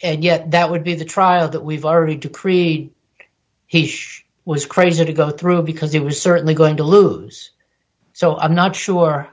and yet that would be the trial that we've already to create he was crazy to go through because he was certainly going to lose so i'm not sure